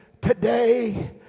today